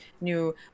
new